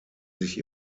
sich